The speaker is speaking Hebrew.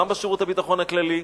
גם בשירות הביטחון הכללי,